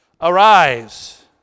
arise